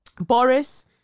Boris